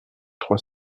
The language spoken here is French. trois